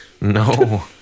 No